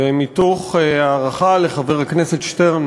ומתוך הערכה לחבר הכנסת שטרן,